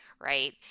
right